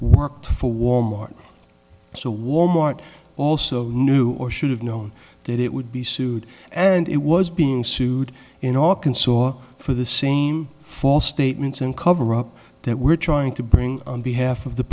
worked for wal mart so wal mart also knew or should have known that it would be sued and it was being sued in all consort for the same false statements and coverup that we're trying to bring on behalf of the